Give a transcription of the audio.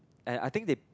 and I think they